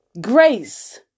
grace